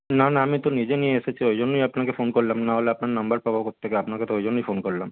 না না আমি তো নিজে নিয়ে এসেছি ওই জন্যই আপনাকে ফোন করলাম না হলে আপনার নম্বর পাবো কোত্থেকে আপনাকে তো ওই জন্যই ফোন করলাম